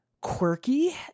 quirky